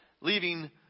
Leaving